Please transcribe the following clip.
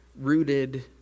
rooted